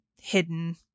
hidden